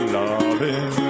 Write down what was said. loving